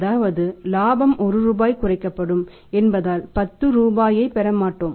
அதாவது இலாபம் 1 ரூபாய் குறைக்கப்படும் என்பதால் 10 ரூபாயைப் பெற மாட்டோம்